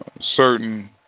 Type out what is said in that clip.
certain